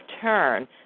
turn